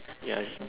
ya